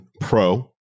Pro